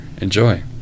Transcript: enjoy